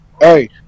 Hey